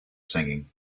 singing